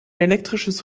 elektrisches